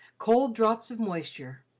cold drops of moisture.